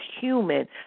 human